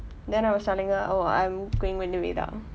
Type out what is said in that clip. then I was telling her oh I'm going with nivedha